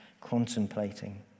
contemplating